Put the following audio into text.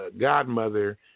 godmother